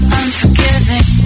unforgiving